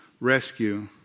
rescue